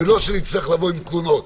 ולא שנצטרך לבוא עם תלונות,